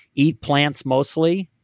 eat plants mostly.